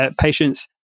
patients